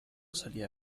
salía